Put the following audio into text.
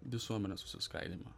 visuomenės susiskaidymą